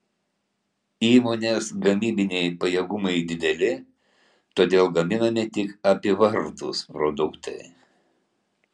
įmonės gamybiniai pajėgumai dideli todėl gaminami tik apyvartūs produktai